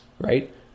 right